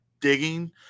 digging